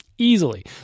Easily